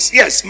yes